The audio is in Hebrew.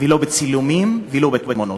לא בצילומים ולא בתמונות.